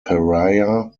pariah